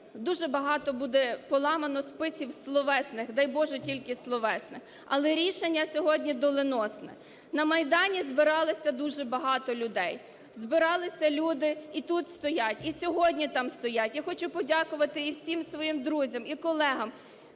дуже багато буде поламано списів словесних. Дай Боже, тільки словесних. Але рішення сьогодні доленосне. На Майдані збиралися дуже багато людей. Збиралися люди, і тут стоять, і сьогодні там стоять. Я хочу подякувати і всім своїм друзям, і колегам,